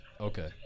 okay